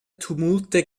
tumulte